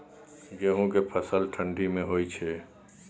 गेहूं के फसल ठंडी मे होय छै?